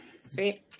Sweet